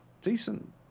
decent